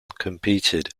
competed